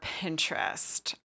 Pinterest